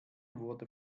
wurde